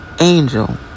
angel